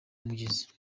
mugezi